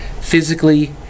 physically